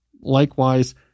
Likewise